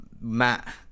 Matt